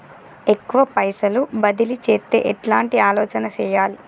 ఎక్కువ పైసలు బదిలీ చేత్తే ఎట్లాంటి ఆలోచన సేయాలి?